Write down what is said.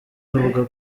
avuga